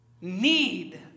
need